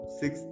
six